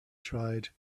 tried